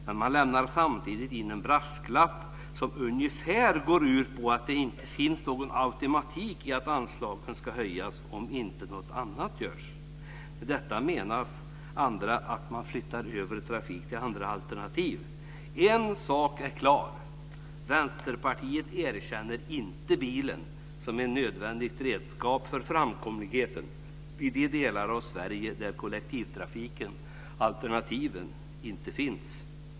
Men man lämnar samtidigt in en brasklapp som ungefär går ut på att det inte finns någon automatik i att anslagen ska höjas om inte något annat görs. Med detta menas att man flyttar över trafik till andra alternativ. En sak är klar. Vänsterpartiet erkänner inte bilen som ett nödvändigt redskap för framkomligheten i de delar av Sverige där kollektivtrafiken, alternativen, inte finns.